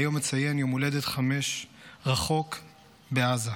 שהיום מציין יום הולדת חמש רחוק בעזה.